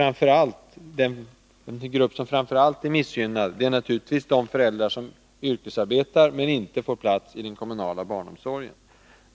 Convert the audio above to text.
Den grupp som framför allt är missgynnad är naturligtvis de föräldrar som yrkesarbetar men inte får plats iden kommunala barnomsorgen.